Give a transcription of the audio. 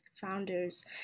founders